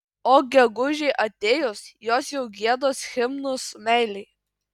o gegužei atėjus jos jau giedos himnus meilei